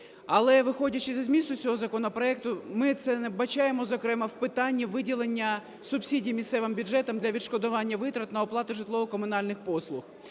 Але, виходячи зі змісту цього законопроекту, ми це не вбачаємо, зокрема в питанні виділення субсидій місцевим бюджетам для відшкодування витрат на оплату житлово-комунальних послуг.